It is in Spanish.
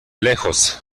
lejos